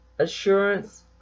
assurance